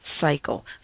cycle